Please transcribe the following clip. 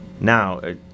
Now